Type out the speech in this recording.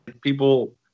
people